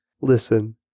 Listen